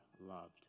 loved